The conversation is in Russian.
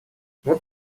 вот